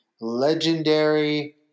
legendary